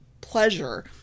pleasure